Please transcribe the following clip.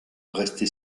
resté